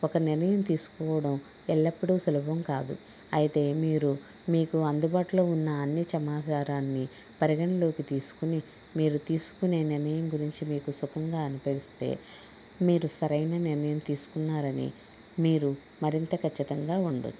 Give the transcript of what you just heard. ఒక నిర్ణయం తీసుకోవడం ఎల్లప్పుడూ సులభం కాదు అయితే మీరు మీకు అందుబాటులో ఉన్న అన్ని చమాచారాన్ని పరిగణలోకి తీసుకుని మీరు తీసుకునే నిర్ణయం గురించి మీకు సుఖంగా అనిపిస్తే మీరు సరైన నిర్ణయం తీసుకున్నారని మీరు మరింత కచ్చితంగా ఉండొచ్చు